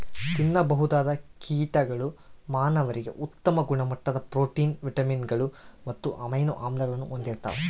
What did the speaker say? ತಿನ್ನಬಹುದಾದ ಕೀಟಗಳು ಮಾನವರಿಗೆ ಉತ್ತಮ ಗುಣಮಟ್ಟದ ಪ್ರೋಟೀನ್, ವಿಟಮಿನ್ಗಳು ಮತ್ತು ಅಮೈನೋ ಆಮ್ಲಗಳನ್ನು ಹೊಂದಿರ್ತವ